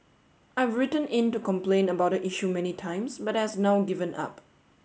I've written in to complain about the issue many times but has now given up